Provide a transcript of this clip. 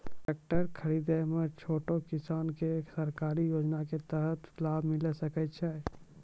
Tractor खरीदै मे छोटो किसान के सरकारी योजना के तहत लाभ मिलै सकै छै?